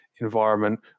environment